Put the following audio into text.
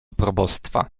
probostwa